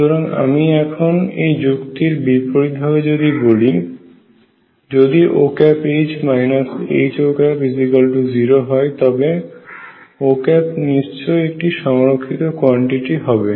সুতরাং আমি এখন এই যুক্তির বিপরীতভাবে যদি বলি যদি ÔH HÔ0 হয় তবে Ô নিশ্চয়ই একটি সংরক্ষিত কোয়ান্টিটি হবে